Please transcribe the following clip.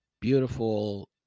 beautiful